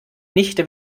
nicht